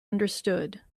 understood